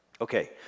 Okay